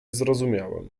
zrozumiałem